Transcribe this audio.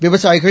விவசாயிகள்